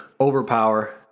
overpower